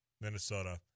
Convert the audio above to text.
Minnesota